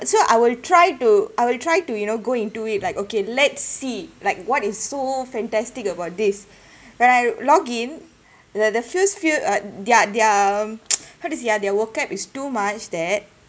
so I will try to I will try to you know go into it like okay let's see like what is so fantastic about this when I log in the the the first few uh their their um how do you say ah their vocab is too much that